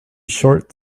short